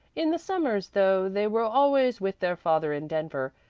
in the summers, though, they were always with their father in denver.